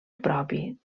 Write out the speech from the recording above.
propi